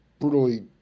brutally